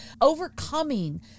overcoming